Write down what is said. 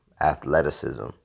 athleticism